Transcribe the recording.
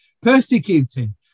persecuting